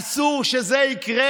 אסור שזה יקרה,